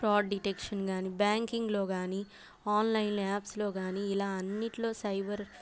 fraud detection కానీ బ్యాంకింగ్లో కానీ ఆన్లైన్ యాప్స్లో కానీ ఇలా అన్నిట్లో సైబర్